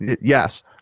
Yes